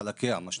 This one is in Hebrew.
לחלקיה מה שנקרא,